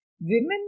women